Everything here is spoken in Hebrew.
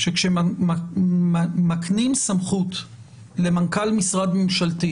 שכאשר מקנים סמכות למנכ"ל משרד ממשלתי